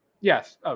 Yes